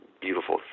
beautiful